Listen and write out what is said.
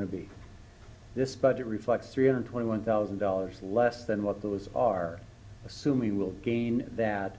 to be this budget reflects three hundred twenty one thousand dollars less than what those are assuming will gain that